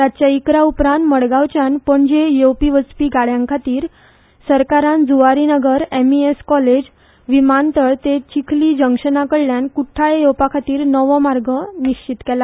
रातच्या इकरा उपरांत मडगांवच्यान पणजे येवपी वचपी गाडयां खातीर सरकारान झूवारीनगर एमईएस कॉलेज विमानतळ ते चिखली जंक्शना कडल्यान कुठ्ठाळे येवपा खातीर नवो निश्चीत केला